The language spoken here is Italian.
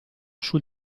sul